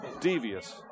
devious